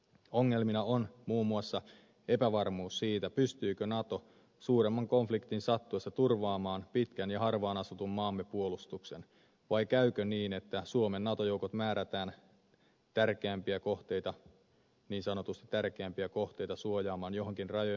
ongelmana on muun muassa epävarmuus siitä pystyykö nato suuremman konfliktin sattuessa turvaamaan pitkän ja harvaanasutun maamme puolustuksen vai käykö niin että suomen nato joukot määrätään suojaamaan niin sanotusti tärkeämpiä kohteita johonkin rajojemme ulkopuolelle